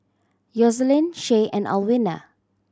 Yoselin Shay and Alwina